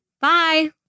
Bye